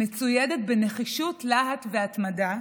מצוידת בנחישות, להט והתמדה,